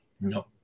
no